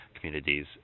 communities